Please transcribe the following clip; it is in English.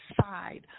side